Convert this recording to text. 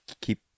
keep